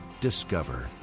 Discover